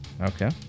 Okay